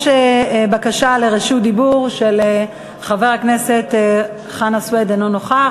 יש בקשת רשות הדיבור של חנא סוייד, אינו נוכח.